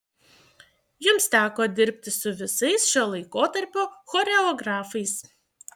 jums teko dirbti su visais šio laikotarpio choreografais